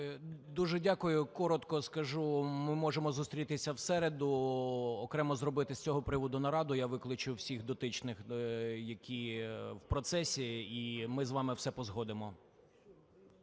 Дуже дякую. Коротко скажу, ми можемо зустрітися в середу, окремо зробити з цього приводу нараду. Я викличу всіх дотичних, які в процесі, і ми з вами все погодимо.